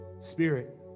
Spirit